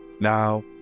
Now